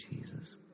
Jesus